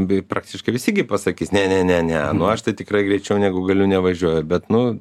beveik praktiškai visi gi pasakys ne ne ne ne aš tai tikrai greičiau negu galiu nevažiuoju bet nu